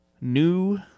New